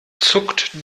zuckt